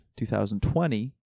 2020